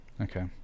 Okay